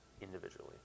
individually